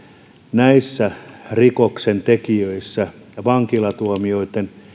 näissä rikoksentekijöissä vankilatuomioitten